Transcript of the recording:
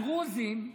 הדרוזים,